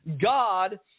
God